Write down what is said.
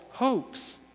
hopes